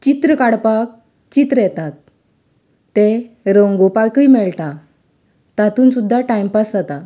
चित्र काडपाक चित्र येतात तें रंगोवपाकय मेळटा तातूंत सुद्दां टायमपास जाता